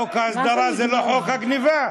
חוק ההסדרה זה לא חוק הגנבה?